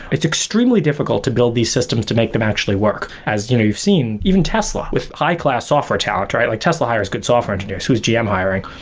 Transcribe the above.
it's extremely difficult to build these systems to make them actually work. as you've seen, even tesla with high-class software talent, right? like tesla hires good software engineers, whose gm hiring.